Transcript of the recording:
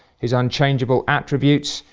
his unchangeable attributes,